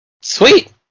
Sweet